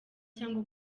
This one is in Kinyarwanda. cyangwa